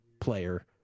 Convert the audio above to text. player